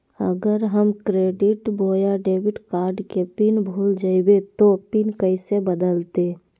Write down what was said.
अगर हम क्रेडिट बोया डेबिट कॉर्ड के पिन भूल जइबे तो पिन कैसे बदलते?